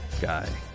guy